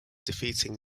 defeating